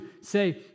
say